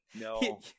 No